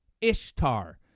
Ishtar